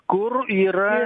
kur yra